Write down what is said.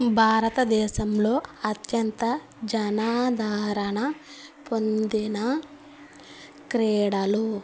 భారతదేశంలో అత్యంత జనాధరణ పొందిన క్రీడలు